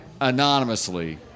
anonymously